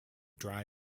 dry